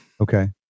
okay